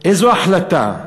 איזה החלטה?